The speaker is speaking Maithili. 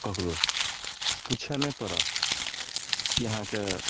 ककरो सऽ पूछए नहि पड़त की अहाँके